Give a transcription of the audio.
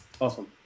Awesome